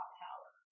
power